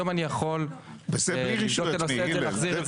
היום אני יכול לבדוק את הנושא הזה ולהחזיר.